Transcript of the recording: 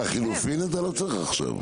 לחלופין אתה לא צריך עכשיו.